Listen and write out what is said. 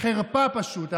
חרפה פשוט,